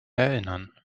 erinnern